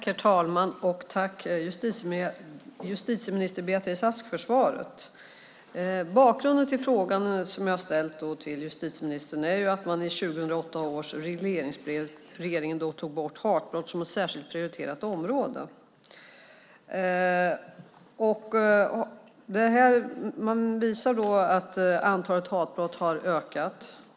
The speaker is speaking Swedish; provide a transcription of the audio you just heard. Herr talman! Tack för svaret, justitieministern! Bakgrunden till den fråga jag ställde är att regeringen i 2008 års regleringsbrev tog bort hatbrott som ett särskilt prioriterat område. Man redovisar att antalet hatbrott har ökat.